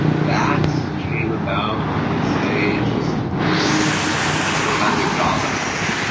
that came about i would say just through the kinds of jobs i was getting.